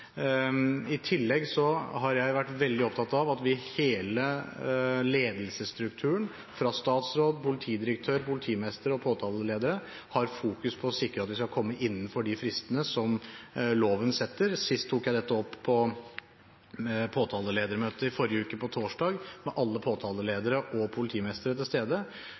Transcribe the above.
I tillegg har jeg vært veldig opptatt av at vi i hele ledelsesstrukturen – statsråd, politidirektør, politimester og påtaleledere – legger vekt på å sikre at vi skal komme innenfor de fristene som loven setter. Sist tok jeg dette opp på påtaleledermøtet i forrige uke på torsdag, med alle påtaleledere og politimestre til stede,